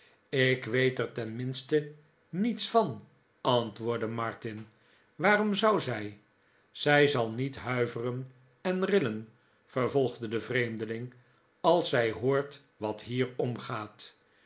ik weet er tenminste niets van antwoordde martin waarom zou zij zij zal niet huiveren en rillen vervolgde de vreemdeling als zij hoort wat hier omgaat